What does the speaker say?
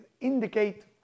Indicate